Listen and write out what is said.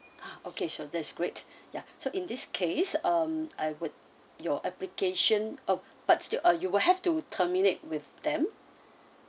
okay sure that is great yeah so in this case um I would your application uh but still uh you will have to terminate with them